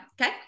Okay